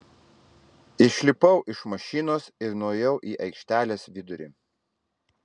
išlipau iš mašinos ir nuėjau į aikštelės vidurį